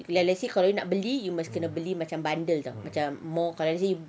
let's say kalau you nak beli you must kena beli macam bundle [tau] macam more kalau let's say